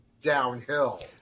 downhill